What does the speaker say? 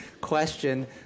question